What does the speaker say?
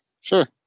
sure